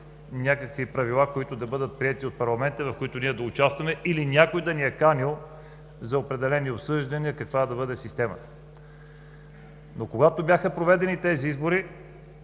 някакви правила, които да бъдат приети от парламента и в които ние да участваме или някой да ни е канил за определени обсъждания каква да бъде системата. Но когато бяха проведени тези избори